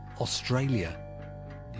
Australia